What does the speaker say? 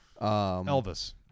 Elvis